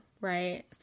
right